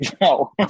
No